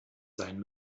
sein